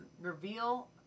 reveal